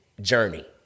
journey